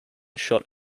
shot